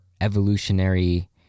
evolutionary